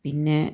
പിന്നെ